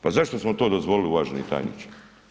Pa zašto smo to dozvolili uvaženi tajniče?